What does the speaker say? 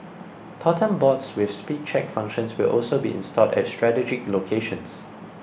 totem boards with speed check functions will also be installed at strategic locations